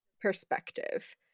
perspective